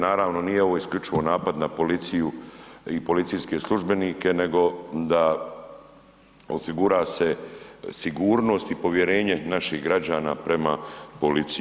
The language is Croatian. Naravno, nije ovo isključivo napad na policiju i policijske službenike, nego da osigura se sigurnost i povjerenje naših građana prema policiji.